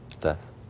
death